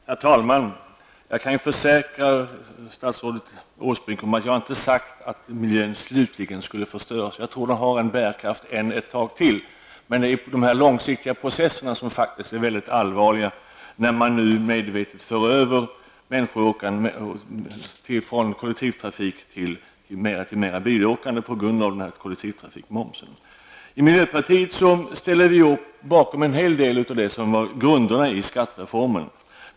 Herr talman! Jag kan försäkra statsrådet Åsbrink om att jag inte har sagt att miljön slutligen skulle förstöras. Jag tror att den har en bärkraft ett tag till. Men de långsiktiga processerna är mycket allvarliga, när man nu medvetet för över människor från kollektivtrafiken till ett ökat bilåkande på grund av kollektivtrafikmomsen. I miljöpartiet ställde vi upp bakom en hel del av det som var grunderna i skattereformen.